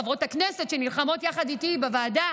חברות כנסת שנלחמות יחד איתי בוועדה